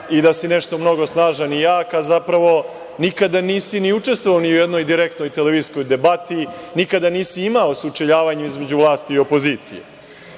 i da si nešto mnogo snažan i jak, a zapravo nikada nisi ni učestvovao ni u jednoj direktnoj televizijskoj debati, nikada nisi imao sučeljavanja između vlasti i opozicije. Vlade